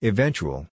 Eventual